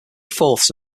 fourths